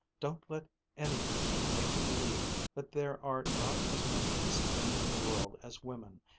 don't let anything make you believe that there are not as many decent men in the world as women,